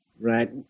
right